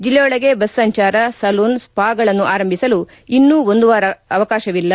ಜಿಲ್ಲೆಯೊಳಗೆ bus ಸಂಚಾರ salon ಸ್ವಾಗಳನ್ನು ಆರಂಭಿಸಲು ಇನ್ನೂ ಒಂದು ವಾರ ಅವಕಾಶವಿಲ್ಲ